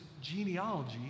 genealogy